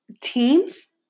teams